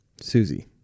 Susie